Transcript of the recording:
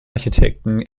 architekten